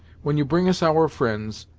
when you bring us our fri'nds,